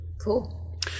Cool